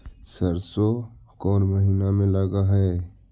सरसों कोन महिना में लग है?